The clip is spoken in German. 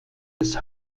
des